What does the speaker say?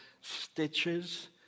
stitches